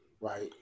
Right